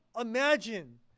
imagine